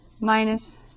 minus